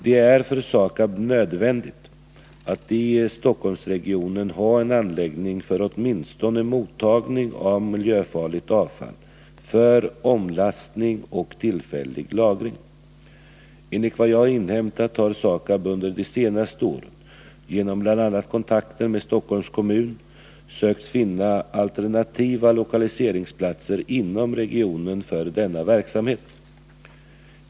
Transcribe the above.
Det är för SAKAB nödvändigt att i Stockholmsregionen ha en anläggning för åtminstone mottagning av miljöfarligt avfall för omlastning och tillfällig lagring. Enligt vad jag har inhämtat har SAKAB under de senaste åren genom bl.a. kontakter med Stockholms kommun sökt finna alternativa lokaliseringsplatser inom regionen för denna verksamhet.